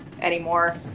anymore